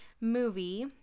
movie